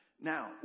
Now